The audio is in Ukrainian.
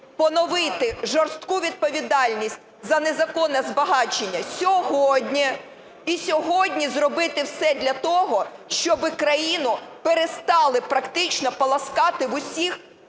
поновити жорстку відповідальність за незаконне збагачення сьогодні і сьогодні зробити все для того, щоб країну перестали практично полоскати у всіх